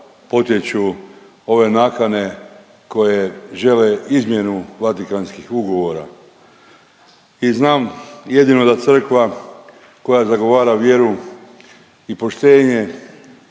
potječu ove nakane koje žele izmjenu vatikanskih ugovora i znam jedino da crkva koja zagovara vjeru i poštenje